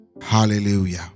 hallelujah